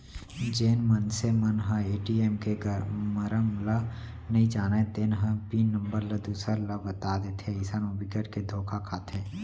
जेन मनसे मन ह ए.टी.एम के मरम ल नइ जानय तेन ह पिन नंबर ल दूसर ल बता देथे अइसन म बिकट के धोखा खाथे